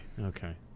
Okay